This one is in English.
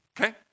okay